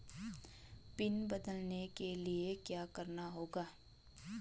Pin बदलने के लिए क्या करना होगा?